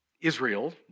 Israel